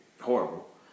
horrible